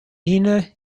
nina